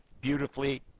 beautifully